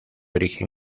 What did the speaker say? origen